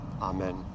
Amen